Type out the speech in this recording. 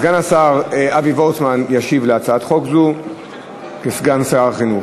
סגן השר אבי וורצמן ישיב על הצעת חוק זו כסגן שר החינוך.